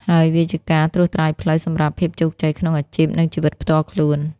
ហើយវាជាការត្រួសត្រាយផ្លូវសម្រាប់ភាពជោគជ័យក្នុងអាជីព និងជីវិតផ្ទាល់ខ្លួន។